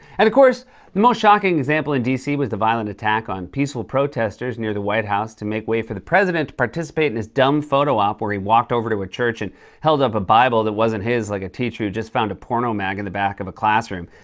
and of course the most shocking example in d c. was the violent attack on peaceful protesters near the white house to make way for the president to participate in his dumb photo op where he walked over to a church and held up a bible that wasn't his like a teacher who just found a porno mag in the back of a classroom.